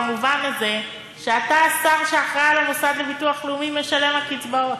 במובן הזה שאתה השר שאחראי למוסד לביטוח לאומי משלם הקצבאות,